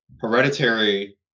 Hereditary